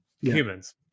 humans